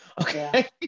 Okay